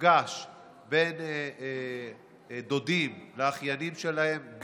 מפגש בין דודים לאחיינים שלהם,